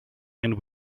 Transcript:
and